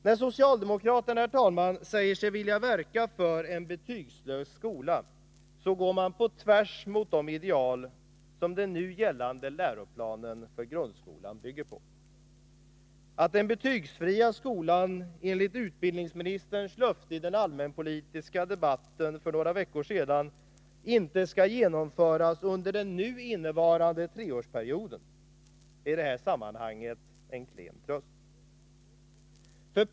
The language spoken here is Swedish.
När socialdemokraterna, herr talman, säger sig vilja verka för en betygslös skola går man på tvärs mot de ideal som den nu gällande läroplanen för grundskolan bygger på. Att den betygsfria skolan, enligt utbildningsministerns löfte i den allmänpolitiska debatten för några veckor sedan, inte skall genomföras under den innevarande treårsperioden är i detta sammanhang en klen tröst.